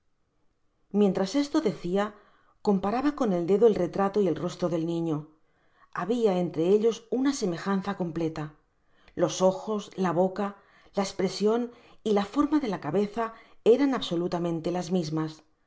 mientras esto decia comparaba con el dedo el retrato y el rostro del niño habia entre ellos una semejanza compleia los ojos la boca la espresion y la forma de la cabeza eran absolutamente las mismas